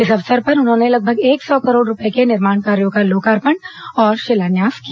इस अवसर पर उन्होंने लगभग एक सौ करोड़ रूपये के निर्माण कार्यों का लोकार्पण और शिलान्यास किया